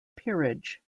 peerage